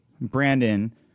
brandon